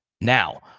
Now